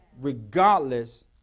regardless